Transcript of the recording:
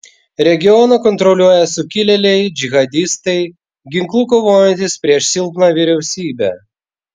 regioną kontroliuoja sukilėliai džihadistai ginklu kovojantys prieš silpną vyriausybę